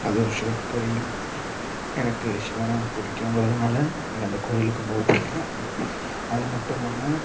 அது ஒரு ஷிவன் கோயில் எனக்கு ஷிவனை பிடிக்குங்குறதனால எனக்கு அந்த கோயிலுக்கும் போக பிடிக்கும் அது மட்டும் இல்லாமல்